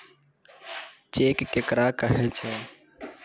Cheque केकरा कहै छै?